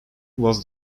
was